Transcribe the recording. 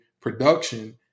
production